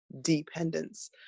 dependence